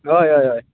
हय हय हय